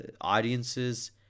audiences